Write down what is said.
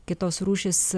kitos rūšys